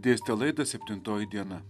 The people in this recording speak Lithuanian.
dėstė laidą septintoji diena